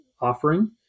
offering